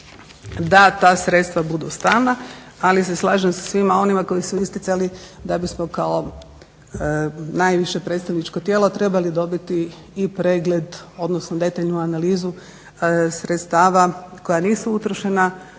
da ta sredstva budu stalna, ali se slažem sa svima onima koji su isticali da bismo kao najviše predstavničko tijelo trebali dobiti i pregled, odnosno detaljnu analizu sredstava koja nisu utrošena,